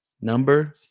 Number